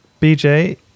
BJ